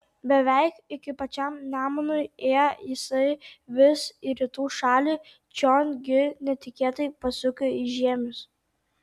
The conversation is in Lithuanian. beveik iki pačiam nemunui ėjo jisai vis į rytų šalį čion gi netikėtai pasuko į žiemius